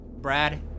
Brad